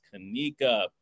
Kanika